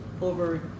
over